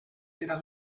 per